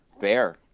fair